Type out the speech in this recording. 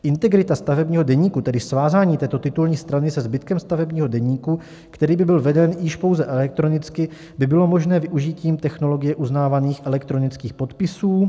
Integrita stavebního deníku, tedy svázání této titulní strany se zbytkem stavebního deníku, který by byl veden již pouze elektronicky, by bylo možné využitím technologie uznávaných elektronických podpisů.